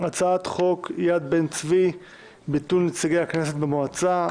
הצעת חוק יד בן-צבי (ביטול נציגי הכנסת במועצה).